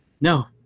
No